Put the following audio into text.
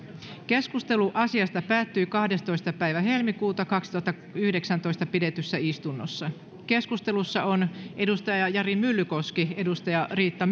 keskustelu asiasta päättyi kahdestoista toista kaksituhattayhdeksäntoista pidetyssä istunnossa keskustelussa on jari myllykoski riitta